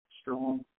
strong